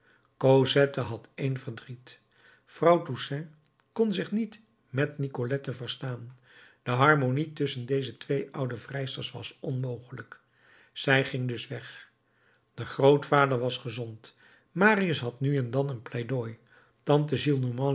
cosette had één verdriet vrouw toussaint kon zich niet met nicolette verstaan de harmonie tusschen deze twee oude vrijsters was onmogelijk zij ging dus weg de grootvader was gezond marius had nu en dan een pleidooi tante